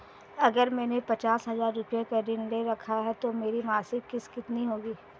अगर मैंने पचास हज़ार रूपये का ऋण ले रखा है तो मेरी मासिक किश्त कितनी होगी?